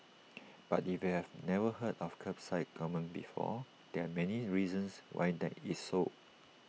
but if you have never heard of Kerbside gourmet before there are many reasons why that is so